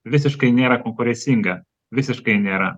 visiškai nėra konkurecinga visiškai nėra